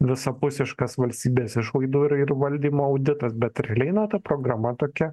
visapusiškas valstybės išlaidų ir ir valdymo auditas bet realiai na ta programa tokia